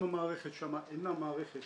אם המערכת שם אינה מערכת